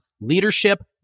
Leadership